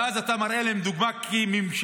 ואז אתה מראה להם דוגמה כממשלה,